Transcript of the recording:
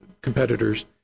competitors